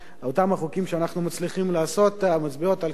אותם החוקים שאנחנו מצליחים לעשות מצביעים על כך